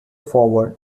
forward